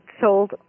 sold